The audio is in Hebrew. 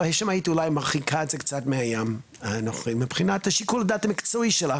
או שמא היית מרחיקה את זה קצת מהים מבחינת שיקול הדעת המקצועי שלך,